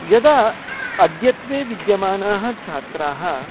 यदा अद्यत्वे विद्यमानाः छात्राः